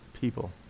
People